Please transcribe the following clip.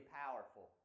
powerful